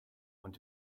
want